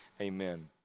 Amen